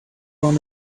run